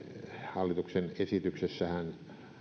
hallituksen esityksessähän